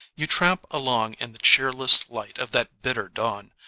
you tramp along in the cheerless light of that bitter dawn,